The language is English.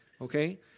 okay